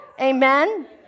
Amen